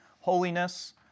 holiness